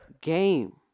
game